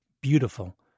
beautiful